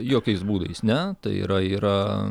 jokiais būdais ne tai yra yra